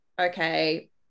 okay